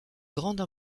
grande